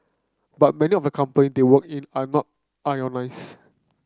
but many of the company they work in are not unionised